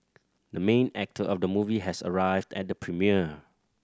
the main actor of the movie has arrived at the premiere